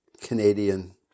Canadian